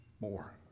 more